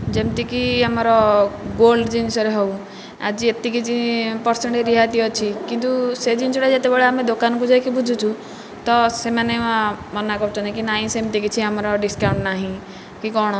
ଯେମିତିକି ଆମର ଗୋଲ୍ଡ଼ ଜିନିଷରେ ହେଉ ଆଜି ଏତିକି ଜି ପରସେଣ୍ଟ ରିହାତି ଅଛି କିନ୍ତୁ ସେ ଜିନିଷଟା ଯେତେବେଳେ ଆମେ ଦୋକାନକୁ ଯାଇକି ବୁଝୁଛୁ ତ ସେମାନେ ମନା କରୁଛନ୍ତି କି ନାହିଁ ସେମିତି କିଛି ଆମର ଡିସକାଉଣ୍ଟ ନାହିଁ କି କ'ଣ